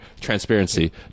transparency